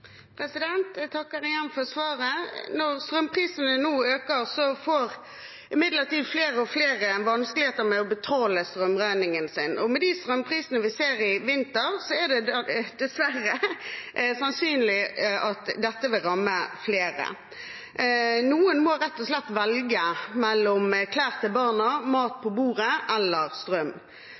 Jeg takker igjen for svaret. Når strømprisene nå øker, får imidlertid flere og flere vansker med å betale strømregningen sin, og med de strømprisene vi har sett i vinter, er det dessverre sannsynlig at dette vil ramme flere. Noen må rett og slett velge mellom klær til barna, mat på bordet eller strøm.